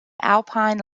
alpine